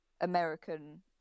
American